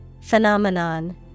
Phenomenon